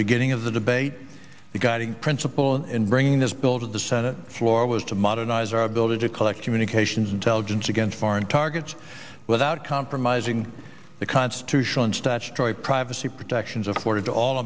beginning of the debate the guiding principle in bringing this bill to the senate floor was to modernize our ability to collect communications intelligence against foreign targets without compromising the constitutional and statutory privacy protections afforded to all